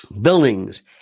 buildings